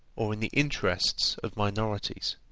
or in the interests of minorities.